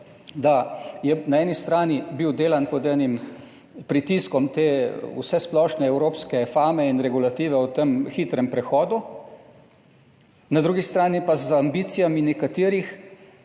da je bil na eni strani delan pod enim pritiskom te vsesplošne evropske fame in regulative o tem hitrem prehodu, na drugi strani pa z ambicijami nekaterih,